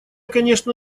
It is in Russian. конечно